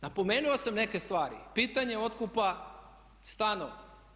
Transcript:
Napomenuo sam neke stvari, pitanje otkupa stanova.